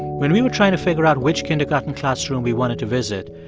when we were trying to figure out which kindergarten classroom we wanted to visit,